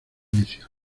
necio